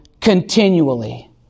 continually